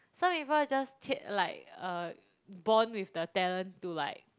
some people just t~ like err born with the talent to like